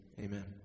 amen